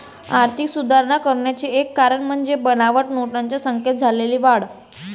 आर्थिक सुधारणा करण्याचे एक कारण म्हणजे बनावट नोटांच्या संख्येत झालेली वाढ